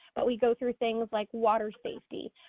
but we go through things like water safety,